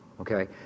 okay